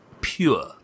pure